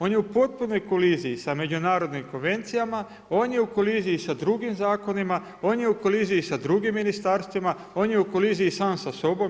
On je u potpunoj koliziji za međunarodnim konvencijama, on je u koliziji sa drugim zakonima, on je u koliziji sa drugim ministarstvima, on je u koliziji sam sa sobom.